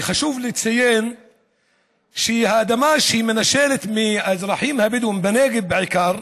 וחשוב לציין שאת האדמה שהיא מנשלת מהאזרחים הבדואים בנגב בעיקר,